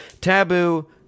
Taboo